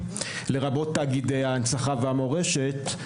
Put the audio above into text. לרבות תאגיד ההנצחה והמורשת.